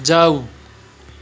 जाऊ